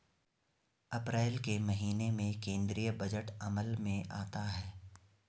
अप्रैल के महीने में केंद्रीय बजट अमल में आता है